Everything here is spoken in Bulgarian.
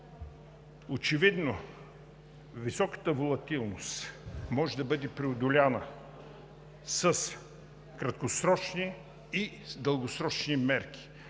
Очевидно високата волатилност може да бъде преодоляна с краткосрочни и дългосрочни мерки.